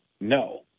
No